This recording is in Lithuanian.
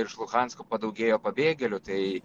ir iš luhansko padaugėjo pabėgėlių tai